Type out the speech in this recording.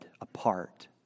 apart